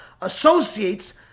associates